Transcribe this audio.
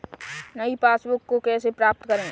नई पासबुक को कैसे प्राप्त करें?